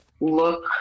look